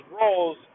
roles